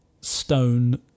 stone